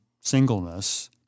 singleness